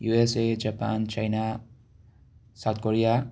USA Japan China South Korea